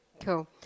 Cool